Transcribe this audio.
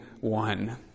one